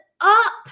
up